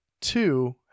two